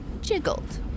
jiggled